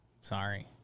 Sorry